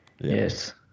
Yes